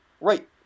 Right